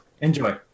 Enjoy